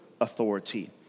authority